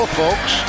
folks